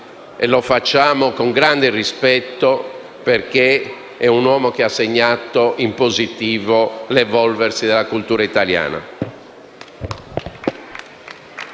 e lo facciamo con grande rispetto, perché è stato un uomo che ha segnato in positivo l'evolversi della cultura italiana.